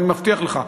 אני מבטיח לך.